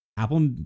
Apple